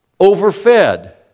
Overfed